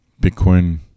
Bitcoin